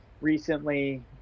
recently